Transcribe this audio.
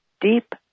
deep